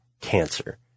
cancer